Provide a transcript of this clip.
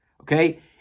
okay